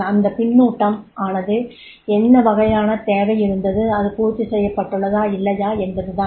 அந்த பின்னூட்டம் மானது என்ன வகையான தேவை இருந்தது அது பூர்த்தி செய்யப்பட்டுள்ளதா இல்லையா என்பதுதான்